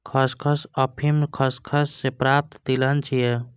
खसखस अफीम खसखस सं प्राप्त तिलहन छियै